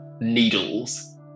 needles